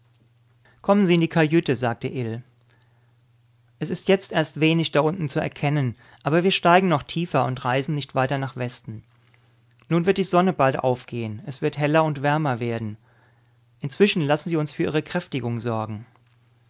kommen sie in die kajüte sagte ill es ist jetzt erst wenig da unten zu erkennen aber wir steigen noch tiefer und reisen nicht weiter nach westen nun wird die sonne bald aufgehen es wird heller und wärmer werden inzwischen lassen sie uns für ihre kräftigung sorgen